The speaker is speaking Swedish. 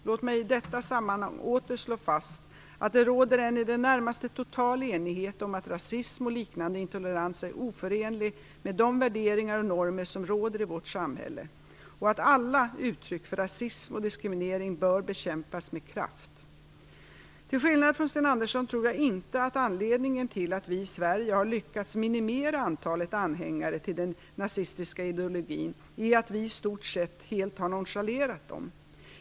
Låt mig i detta sammanhang åter slå fast att det råder en i det närmaste total enighet om att rasism och liknande intolerans är oförenlig med de värderingar och normer som råder i vårt samhälle och att alla uttryck för rasism och diskriminering bör bekämpas med kraft. Till skillnad från Sten Andersson tror jag inte att anledningen till att vi i Sverige har lyckats minimera antalet anhängare till den nazistiska ideologin är att vi i stort sett helt har nonchalerat dem.